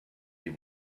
die